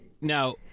Now